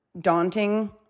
daunting